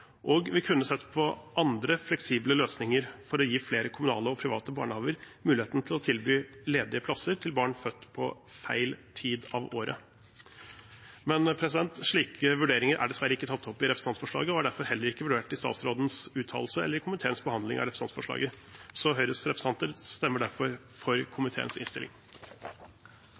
og vi kunne sett på andre fleksible løsninger for å gi flere kommunale og private barnehager muligheten til å tilby ledige plasser til barn født på «feil» tid av året. Men slike vurderinger er dessverre ikke tatt opp i representantforslaget og er derfor heller ikke vurdert i statsrådens uttalelse eller i komiteens behandling av representantforslaget. Høyres representanter stemmer derfor for komiteens innstilling.